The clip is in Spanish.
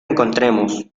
encontremos